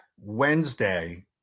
Wednesday